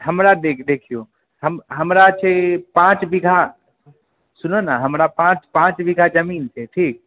हमरा देख देखियौ हमरा छै पाँच बीघा सुनू ने हमरा पाँच बीघा जमीन छै ठीक